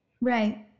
Right